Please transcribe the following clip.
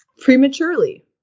Prematurely